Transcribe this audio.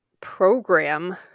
program